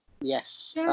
Yes